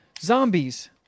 zombies